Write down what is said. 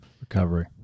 recovery